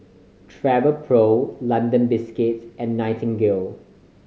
Travelpro London Biscuits and Nightingale